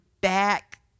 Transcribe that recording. back